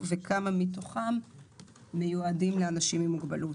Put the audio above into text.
וכמה מתוכם מיועדים לאנשים עם מוגבלות?